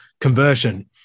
conversion